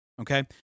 Okay